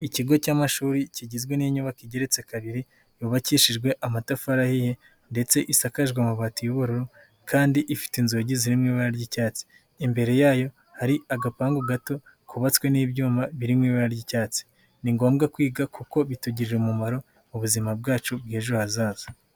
Ikigo cy'amashuri kigizwe n'inyubako igeretse kabiri, yubakishijwe amatafari ahiye, ndetse isakajwe amabati y'ubururu, kandi ifite inzugi ziri mu ibara ry'icyatsi. Imbere yayo hari agapangu gato kubatswe n'ibyuma biri m ibara ry'icyatsi. Ni ngombwa kwiga kuko bitugirira umumaro buzima bwacu bw'ejo hazaza.